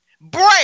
Break